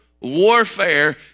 warfare